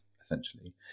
essentially